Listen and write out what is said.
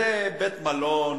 זה בית-מלון,